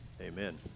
Amen